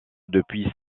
depuis